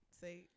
say